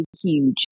huge